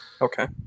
Okay